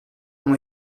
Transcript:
ont